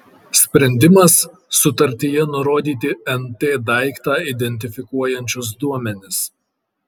sprendimas sutartyje nurodyti nt daiktą identifikuojančius duomenis